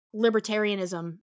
libertarianism